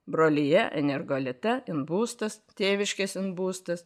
brolija energolita inbūstas tėviškės būstas